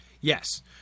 Yes